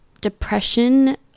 depression